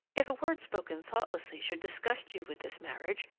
if a word spoken thoughtlessly should disgust you with this marriage,